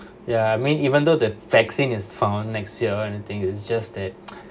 ya I mean even though the vaccine is found next year or anything it's just that